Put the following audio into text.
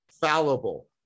fallible